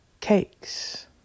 cakes